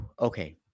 okay